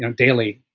and daily,